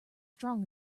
strong